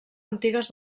antigues